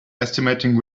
estimating